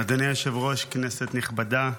אדוני היושב-ראש, כנסת נכבדה,